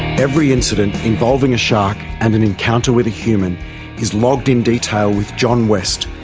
every incident involving a shark and an encounter with a human is logged in detail with john west,